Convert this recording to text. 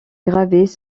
gravés